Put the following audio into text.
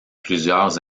plusieurs